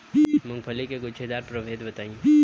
मूँगफली के गूछेदार प्रभेद बताई?